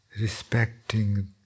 respecting